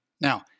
Now